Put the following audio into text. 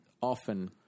often